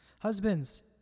Husbands